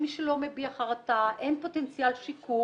למי שלא מביע חרטה אין פוטנציאל שיקום,